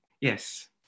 yes